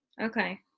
Okay